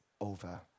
over